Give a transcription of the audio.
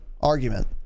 argument